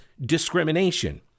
discrimination